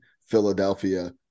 Philadelphia